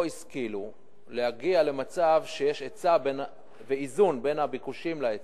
לא השכילו להגיע למצב שיש היצע ואיזון בין הביקושים להיצע.